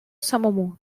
самому